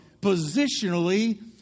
Positionally